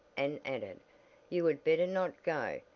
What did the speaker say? and added you had better not go,